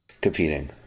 competing